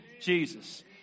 Jesus